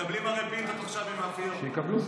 הרי הם מקבלים עכשיו פיתות ממאפיות.